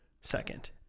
second